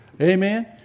Amen